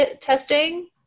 testing